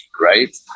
right